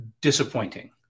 disappointing